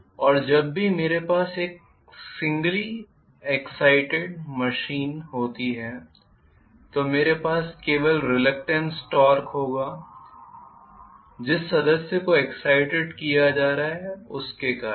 और जब भी मेरे पास एक सिंग्ली एग्ज़ाइटेड मशीन होती है तो मेरे पास केवल रिलक्टेन्स टॉर्क होगा जिस सदस्य को एग्ज़ाइटेड किया जा रहा है उसके कारण